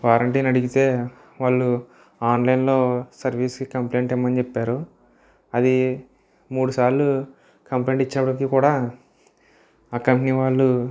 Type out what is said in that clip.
వారంటీని అడిగితే వాళ్ళు ఆన్లైన్లో సర్వీస్కి కంప్లైంట్ ఇమ్మని చెప్పారు అది మూడుసార్లు కంప్లైంట్ ఇచ్చినప్పటికీ కూడా ఆ కంపెనీ వాళ్ళు